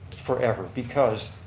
forever because